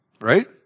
Right